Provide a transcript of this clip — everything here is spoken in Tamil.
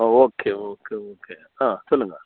ஓ ஓகே ஓகே ஓகே ஆ சொல்லுங்கள்